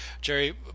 Jerry